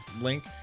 link